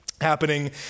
happening